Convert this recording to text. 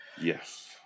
Yes